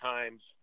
Times